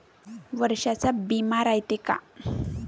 वर्षाचा बिमा रायते का?